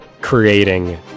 creating